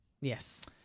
Yes